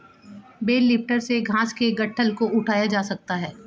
bell lifter से घास के गट्ठल को उठाया जा सकता है